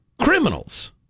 criminals